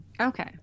Okay